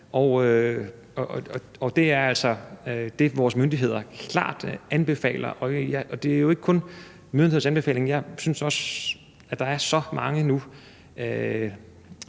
det er altså det, vores myndigheder klart anbefaler. Og det er jo ikke kun myndighedernes anbefaling. Jeg synes også, at der desværre er